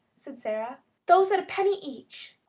said sara those at a penny each.